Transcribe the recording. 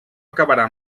acabarà